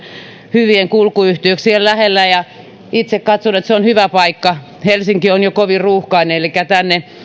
hyvien kulkuyhteyksien lähellä itse katson että se on hyvä paikka helsinki on jo kovin ruuhkainen elikkä tänne